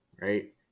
right